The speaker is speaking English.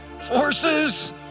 forces